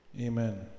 amen